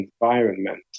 environment